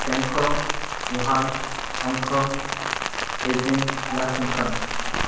Bangkok Wuhan Hong Kong Beijing Washington